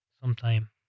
sometime